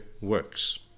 works